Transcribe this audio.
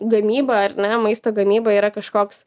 gamyba ar ne maisto gamyba yra kažkoks